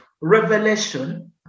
revelation